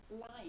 life